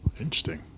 interesting